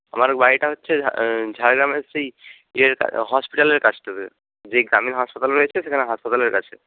আমার বাড়িটা হচ্ছে ঝাড়গ্রামের সেই ইয়ের হসপিটালের কাছটাতে যেই গ্রামীণ হাসপাতাল রয়েছে সেখানে হাসপাতালের কাছে